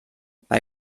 bei